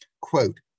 quote